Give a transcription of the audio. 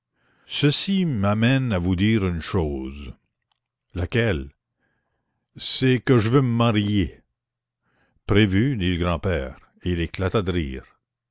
ceci m'amène à vous dire une chose laquelle c'est que je veux me marier prévu dit le grand-père et il éclata de rire